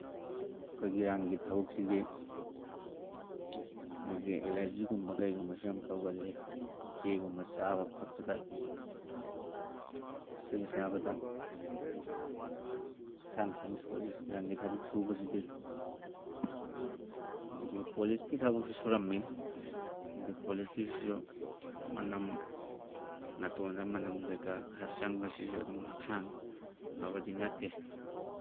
ꯑꯩꯈꯣꯏꯒꯤ ꯔꯪꯒꯤ ꯊꯕꯛꯁꯤꯗꯤ ꯑꯩꯈꯣꯏꯒꯤ ꯑꯦꯂꯔꯖꯤꯒꯨꯝꯕ ꯀꯩꯒꯨꯝꯕꯁꯨ ꯌꯥꯝ ꯇꯧꯒꯜꯂꯤ ꯆꯦꯒꯨꯝꯕ ꯆꯥꯕ ꯈꯣꯠꯄꯗ ꯆꯦ ꯆꯥꯕꯗ ꯍꯛꯆꯥꯡ ꯈꯤꯇꯪ ꯁꯣꯛꯏ ꯑꯗꯒꯤ ꯄꯣꯂꯤꯁꯀꯤ ꯊꯕꯛꯁꯨ ꯁꯨꯔꯝꯃꯤ ꯑꯗꯣ ꯄꯣꯂꯤꯁꯀꯤꯁꯤꯁꯨ ꯃꯅꯝ ꯅꯥꯇꯣꯟꯗ ꯃꯅꯝ ꯀꯩꯀꯥ ꯈꯔ ꯆꯪꯕꯁꯤꯁꯨ ꯑꯗꯨꯝ ꯍꯛꯆꯥꯡ ꯐꯕꯗꯤ ꯅꯠꯇꯦ